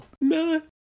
No